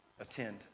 attend